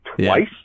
twice